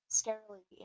scarily